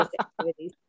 activities